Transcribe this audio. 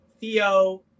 Theo